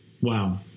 Wow